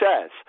says